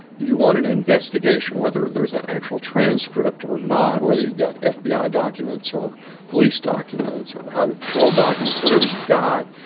you want an investigation whether there's an actual transcript or not, whether you've got fbi ah documents or police documents or highway patrol documents, whatever you've got.